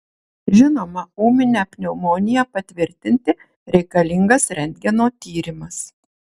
žinoma ūminę pneumoniją patvirtinti reikalingas rentgeno tyrimas